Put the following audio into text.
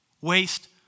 waste